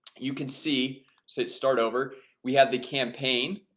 you can see so it's start over we have the campaign.